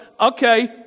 okay